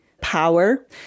power